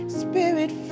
spirit